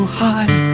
high